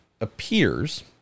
appears